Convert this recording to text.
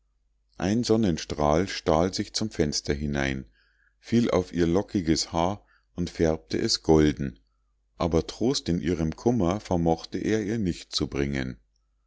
ein sonnenstrahl stahl sich zum fenster hinein fiel auf ihr lockiges haar und färbte es golden aber trost in ihrem kummer vermochte er ihr nicht zu bringen